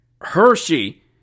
Hershey